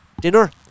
dinner